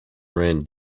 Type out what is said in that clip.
ran